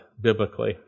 biblically